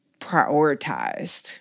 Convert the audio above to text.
prioritized